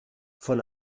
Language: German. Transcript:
von